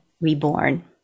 reborn